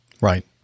Right